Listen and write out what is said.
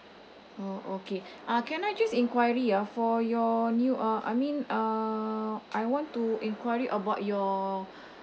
oh okay uh can I just enquiry ah for your new uh I mean uh I want to enquiry about your